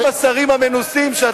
מה אתה מדבר פה?